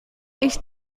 ich